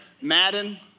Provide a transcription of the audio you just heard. Madden